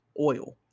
oil